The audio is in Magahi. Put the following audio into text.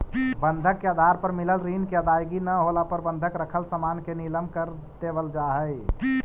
बंधक के आधार पर मिलल ऋण के अदायगी न होला पर बंधक रखल सामान के नीलम कर देवल जा हई